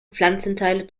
pflanzenteile